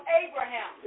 Abraham